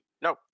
No